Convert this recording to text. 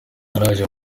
yaraje